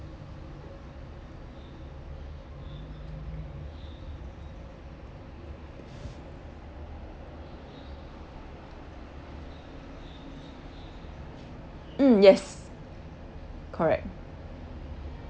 mm yes correct